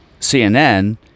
CNN